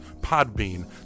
Podbean